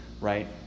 right